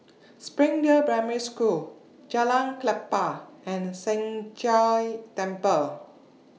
Springdale Primary School Jalan Klapa and Sheng Jia Temple